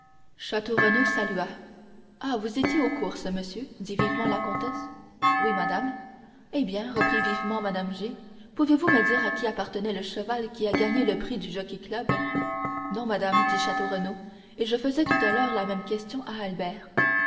château renaud salua ah vous étiez aux courses monsieur dit vivement la comtesse oui madame eh bien reprit vivement mme g pouvez-vous me dire à qui appartenait le cheval qui a gagné le prix du jockey-club non madame dit château renaud et je faisais tout à l'heure la même question à albert